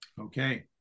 Okay